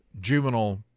juvenile